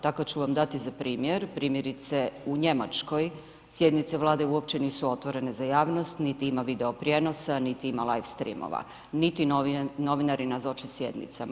Tako ću vam dati za primjer, primjerice u Njemačkoj sjednice Vlade uopće nisu otvorene za javnost, niti ima video prijenosa, niti ima live stream, niti novinari nazoče sjednicama.